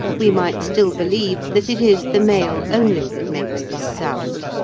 we might still believe that it is the male only that makes this sound.